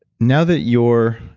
now that you're